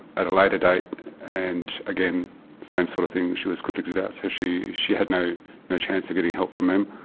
at a later date and again, the same sort of thing she was conflicted out. so she, she had no no chance of getting help from them,